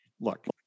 Look